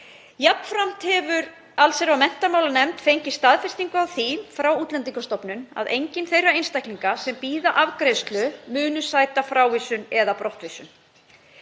Jafnframt hefur allsherjar- og menntamálanefnd fengið staðfestingu á því frá Útlendingastofnun að enginn þeirra einstaklinga sem bíður afgreiðslu muni sæta frávísun eða brottvísun.